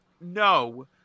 No